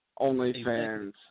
OnlyFans